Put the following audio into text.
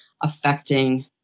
affecting